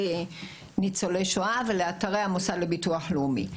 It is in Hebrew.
לניצולי שואה, ולאתרי המוסד לביטוח לאומי.